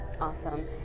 Awesome